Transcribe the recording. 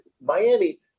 Miami